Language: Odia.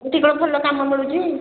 ସେଠି କ'ଣ ଭଲ କାମ ମିଳୁଛି